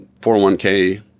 401k